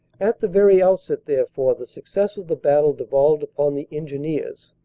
at the very outset, therefore, the success of the battle devolved upon the engineers.